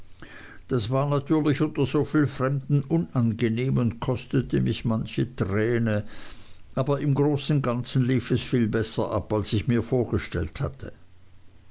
das war natürlich unter so viel fremden unangenehm und kostete mich manche träne aber im ganzen großen lief es viel besser ab als ich mir vorgestellt hatte